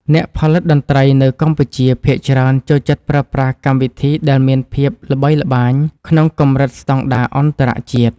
អ្នកផលិតតន្ត្រីនៅកម្ពុជាភាគច្រើនចូលចិត្តប្រើប្រាស់កម្មវិធីដែលមានភាពល្បីល្បាញក្នុងកម្រិតស្ដង់ដារអន្តរជាតិ។